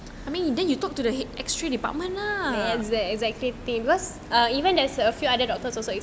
exactly exactly theme because even that's a few other doctors also ya